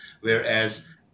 whereas